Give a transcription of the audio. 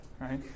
right